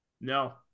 No